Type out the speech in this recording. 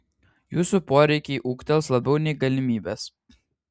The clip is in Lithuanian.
jūsų poreikiai ūgtels labiau nei galimybės